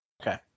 okay